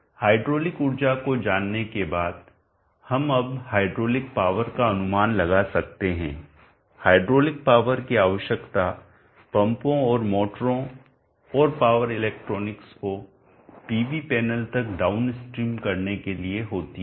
hydraulic ऊर्जा को जानने के बाद हम अब हाइड्रोलिक पावर का अनुमान लगा सकते हैं हाइड्रोलिक पावर की आवश्यकता पंपों और मोटरों और पावर इलेक्ट्रॉनिक्स को पीवी पैनल तक डाउनस्ट्रीम करने के लिए होती है